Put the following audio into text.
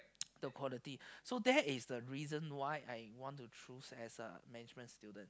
the quality so that is the reason why I want to choose as a management student